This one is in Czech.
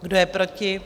Kdo je proti?